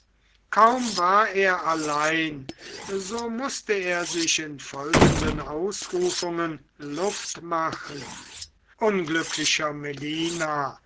kaum war er allein so mußte er sich in folgenden ausrufungen luft machen unglücklicher melina